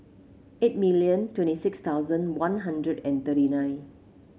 eight million twenty six thousand One Hundred and thirty nine